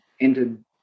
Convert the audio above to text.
entered